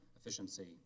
efficiency